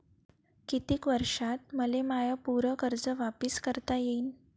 कितीक वर्षात मले माय पूर कर्ज वापिस करता येईन?